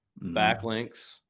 backlinks